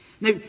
Now